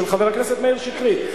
של חבר הכנסת מאיר שטרית.